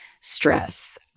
stress